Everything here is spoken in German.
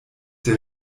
der